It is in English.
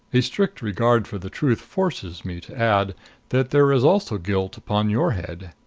a strict regard for the truth forces me to add that there is also guilt upon your head.